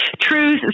truth